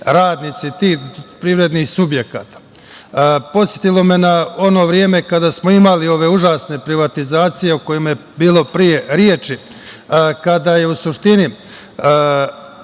radnici tih privrednih subjekata. Podsetilo me je na ono vreme kada smo imali one užasne privatizacije o kojima je bilo reči pre, kada je u suštini